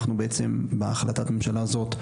אנחנו בעצם בהחלטת הממשלה הזאת,